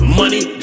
money